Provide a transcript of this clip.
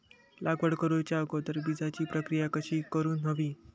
लागवड करूच्या अगोदर बिजाची प्रकिया कशी करून हवी?